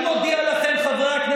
כך הם מנסים להשתיק גם את הרב רבינוביץ',